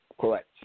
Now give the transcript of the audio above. correct